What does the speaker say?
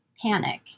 panic